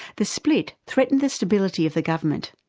the split threatened the stability of the government,